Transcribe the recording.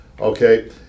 okay